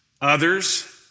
Others